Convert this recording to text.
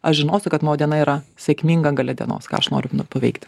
aš žinosiu kad mano diena yra sėkminga gale dienos ką aš noriu nu paveikti